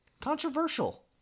controversial